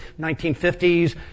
1950s